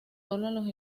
los